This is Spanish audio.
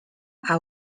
hacia